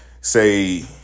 say